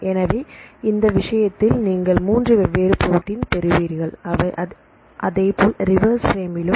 எனவே இந்த விஷயத்தில் நீங்கள் மூன்று வெவ்வேறு புரோட்டீன்ப் பெறுவீர்கள் அதேபோல் ரிவர்ஸ் பிரேம்லும்